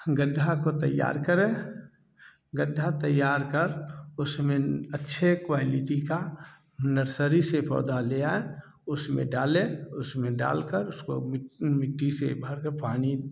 गड्ढा को तैयार करें गड्ढा तैयार कर उसमें अच्छे क्वालिटी का नर्सरी से पौधा ले आएँ उसमें डाले उसमें डाल कर उसको मिट्टी से भर करके पानी